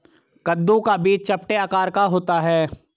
कद्दू का बीज चपटे आकार का होता है